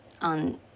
on